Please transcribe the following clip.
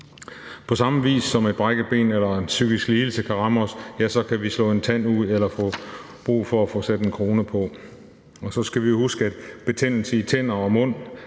På samme vis som et brækket ben eller en psykisk lidelse kan ramme os, ja, så kan vi få slået en tand ud eller få brug for at få sat en krone på. Og så skal vi jo huske, at betændelse i tænder og mund